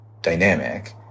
dynamic